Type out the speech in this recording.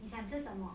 你想吃什么